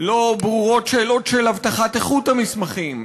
לא ברורות שאלות של הבטחת איכות המסמכים,